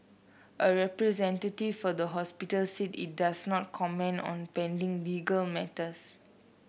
a representative for the hospital said it does not comment on pending legal matters